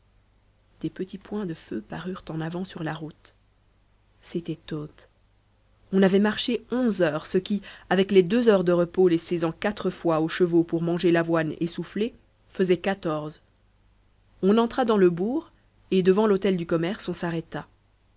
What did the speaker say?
des petits points de feu parurent en avant sur la route c'était tôtes on avait marché onze heures ce qui avec les deux heures de repos laissées en quatre fois aux chevaux pour manger l'avoine et souffler faisait quatorze on entra dans le bourg et devant l'hôtel du commerce on s'arrêta